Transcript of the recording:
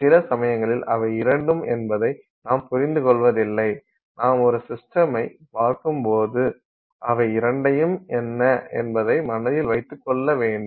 சில சமயங்களில் அவை இரண்டும் என்பதை நாம் புரிந்து கொள்ளவதில்லை நாம் ஒரு சிஸ்டமை பார்க்கும்போது அவை இரண்டையும் என்ன என்பதை மனதில் வைத்துக் கொள்ள வேண்டும்